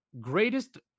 greatest